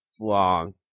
Long